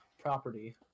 property